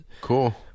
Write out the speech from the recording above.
Cool